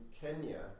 Kenya